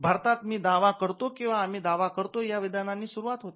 भारतात 'मी दावा करतो किंवा आम्ही दावा करतो' या विधानांनी सुरुवात होते